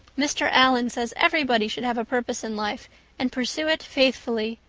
mr. allan says everybody should have a purpose in life and pursue it faithfully.